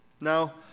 Now